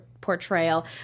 portrayal